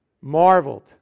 marveled